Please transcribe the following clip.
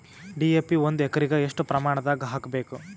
DAP ಒಂದು ಎಕರಿಗ ಎಷ್ಟ ಪ್ರಮಾಣದಾಗ ಹಾಕಬೇಕು?